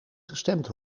gestemd